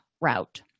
route